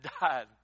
died